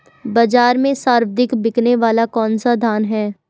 बाज़ार में सर्वाधिक बिकने वाला कौनसा धान है?